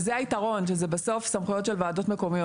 היתרון, שזה בסוף סמכויות של ועדות מקומיות.